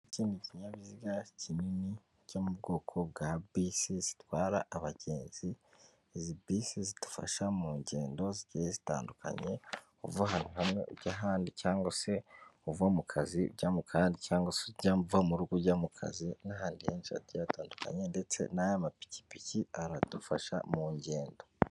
Iki ni ikinyabiziga kinini cyo mu bwoko bwa bisi zitwara abagenzi, izi bisi zidufasha mu ngendo zigiye zitandukanye uva ahantu hamwe ujya ahandi cyangwa se uva mu kazi ujya mu kandi cyangwa se uva mu rugo ujya mu kazi n'ahandi henshi hagiye hatandukanye ndetse n'aya mapikipiki aradufasha mu ngendo.